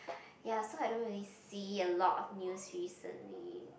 ya so I don't really see a lot of news recently